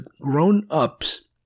grown-ups